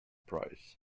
price